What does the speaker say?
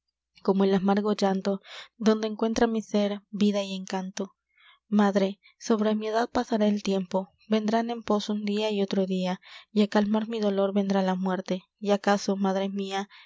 como el amargo llanto donde encuentra mi sér vida y encanto madre sobre mi edad pasará el tiempo vendrán en pos un dia y otro dia y á calmar mi dolor vendrá la muerte y acaso madre mia